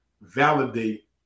validate